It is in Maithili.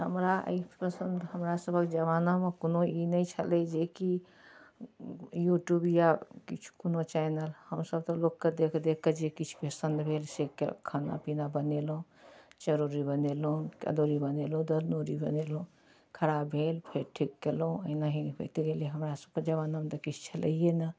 हमरा एहि प्रसङ्ग हमरासभके जमानामे कोनो ई नहि छलै जेकि यूट्यूब या किछु कोनो चैनल हमसभ तऽ लोकके देखि देखिके जे किछुमे पसन्द भेल से खाना पीना बनेलहुँ चरौड़ी बनेलहुँ अदौड़ी बनेलहुँ दनौड़ी बनेलहुँ खराब भेल फेर ठीक कएलहुँ एनाहि होइत गेलै हमरासभके जमानामे तऽ किछु छलैए नहि